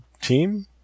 team